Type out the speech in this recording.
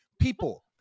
people